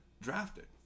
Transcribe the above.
drafted